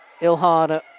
Ilhan